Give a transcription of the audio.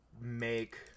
make